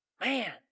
Man